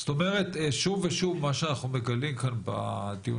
זאת אומרת שוב ושוב מה שאנחנו מגלים כאן בדיונים